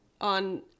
on